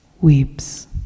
weeps